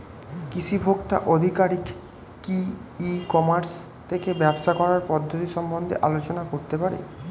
কৃষি ভোক্তা আধিকারিক কি ই কর্মাস থেকে ব্যবসা করার পদ্ধতি সম্বন্ধে আলোচনা করতে পারে?